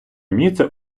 місце